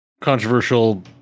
controversial